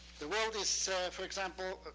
the world is, so for example,